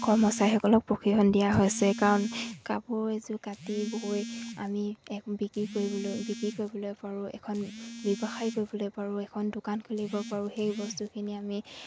কৰ্মচাৰীসকলক প্ৰশিক্ষণ দিয়া হৈছে কাৰণ কাপোৰ এযোৰ কাটি বৈ আমি বিক্ৰী কৰিবলৈ বিক্ৰী কৰিবলৈ পাৰোঁ এখন ব্যৱসায় কৰিবলৈ পাৰোঁ এখন দোকান খুলিব পাৰোঁ সেই বস্তুখিনি আমি